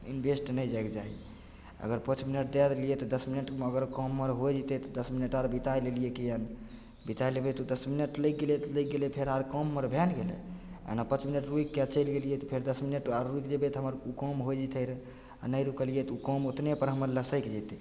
invest नहि जाइके चाही अगर पाँच मिनट दए देलियै तऽ दस मिनटमे अगर काम अर होइ जेतय तऽ दस मिनट आओर बिताय लेलियै किए नहि बिताय लेबय दस मिनट लागि गेलय तऽ लागि गेलय फेर आर काम अर भए नहि गेलय एना पाँच मिनट रुकिके चलि एलियै तऽ फेर दस मिनट आरो रुकि जेबय तऽ हमर काम होइ जेतय रऽ आओर नहि रुकलियै तऽ उ काम ओतनेपर हमर लसकि जेतय